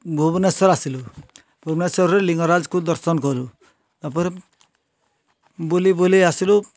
ଭୁବନେଶ୍ୱର ଆସିଲୁ ଭୁବନେଶ୍ୱରରେ ଲିଙ୍ଗରାଜକୁ ଦର୍ଶନ କଲୁ ତାପରେ ବୁଲିବୁଲି ଆସିଲୁ